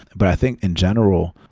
but i think in general,